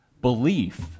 belief